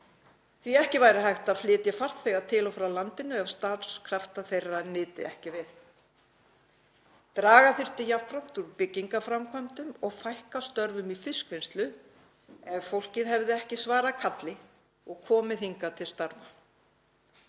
að ekki væri hægt að flytja farþega til og frá landinu ef starfskrafta þessa fólks nyti ekki við. Jafnframt þyrfti að draga úr byggingarframkvæmdum og fækka störfum í fiskvinnslu ef fólkið hefði ekki svarað kalli og komið hingað til starfa.